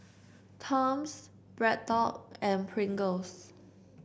Toms BreadTalk and Pringles